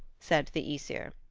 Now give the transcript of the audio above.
said the aesir.